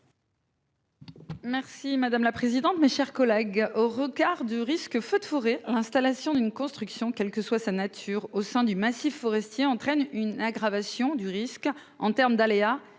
Merci madame la présidente, mes chers collègues au regard du risque feu de forêt l'installation d'une construction quelle que soit sa nature, au sein du massif forestier entraîne une aggravation du risque en terme d'aléas